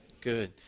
Good